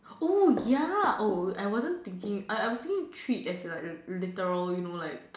oh ya oh I wasn't thinking I I was thinking treat as like literal you know like